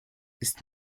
ist